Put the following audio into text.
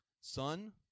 son